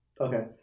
Okay